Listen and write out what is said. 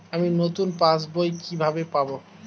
আমি নতুন পাস বই কিভাবে পাব?